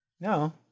No